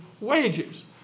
wages